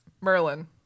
Merlin